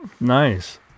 Nice